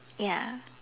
ya